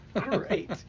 great